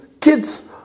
kids